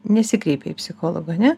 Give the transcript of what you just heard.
nesikreipia į psichologą ane